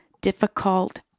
difficult